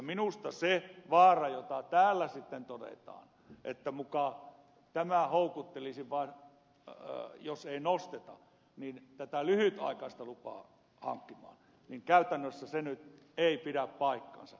minusta se vaara jota täällä sitten todetaan että muka tämä houkuttelisi vain jos sitä ei nosteta tätä lyhytaikaista lupaa hankkimaan ei käytännössä nyt pidä paikkaansa